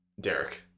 Derek